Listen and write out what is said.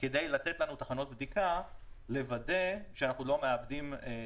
כדי לתת לנו תחנות בדיקה ולוודא שאנחנו לא מאבדים בדרך